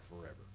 forever